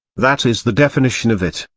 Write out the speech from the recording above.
that is the definition of it,